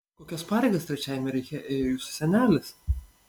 kokias pareigas trečiajame reiche ėjo jūsų senelis